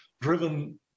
driven